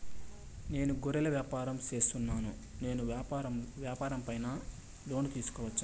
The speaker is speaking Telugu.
నేను గొర్రెలు వ్యాపారం సేస్తున్నాను, నేను వ్యాపారం పైన లోను తీసుకోవచ్చా?